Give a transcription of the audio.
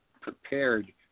prepared